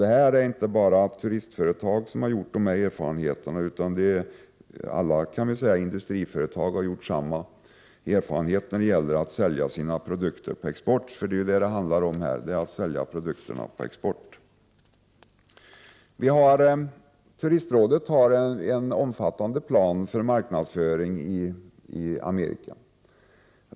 Det är inte bara turistföretag som har gjort denna erfarenhet, utan alla industriföretag har gjort samma erfarenhet när det gäller att sälja sina produkter på export, vilket det handlar om. Turistrådet har en omfattande plan för marknadsföring i Amerika.